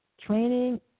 training